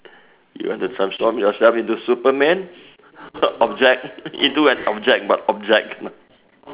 you want to transform yourself into Superman object into an object but object